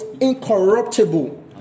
incorruptible